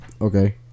okay